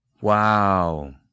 Wow